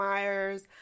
Myers